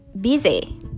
busy